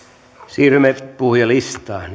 siirrymme puhujalistaan